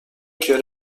کرم